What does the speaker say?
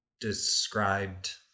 described